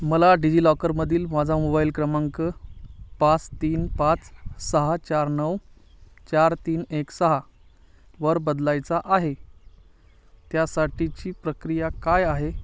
मला डिजिलॉकरमधील माझा मोबाईल क्रमांक पाच तीन पाच सहा चार नऊ चार तीन एक सहा वर बदलायचा आहे त्यासाठीची प्रक्रिया काय आहे